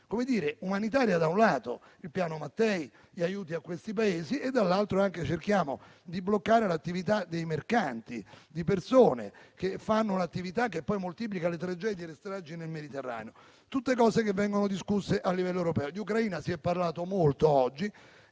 politica umanitaria da un lato, con il Piano Mattei e gli aiuti a questi Paesi e, dall'altro, cerchiamo di bloccare l'attività dei mercanti di persone, che fanno un'attività che poi moltiplica le tragedie e le stragi nel Mediterraneo. Tutte cose che vengono discusse a livello europeo. Di Ucraina si è parlato molto oggi